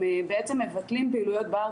אם מבטלים פעילויות בהר,